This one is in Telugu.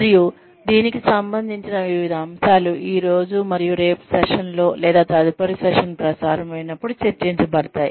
మరియు దీనికి సంబంధించిన వివిధ అంశాలు ఈ రోజు మరియు రేపు సెషన్లో లేదా తదుపరి సెషన్ ప్రసారం అయినపుడు చర్చించబడతాయి